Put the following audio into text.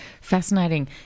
Fascinating